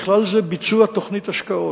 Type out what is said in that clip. בכלל זה ביצוע תוכנית השקעות.